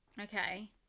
Okay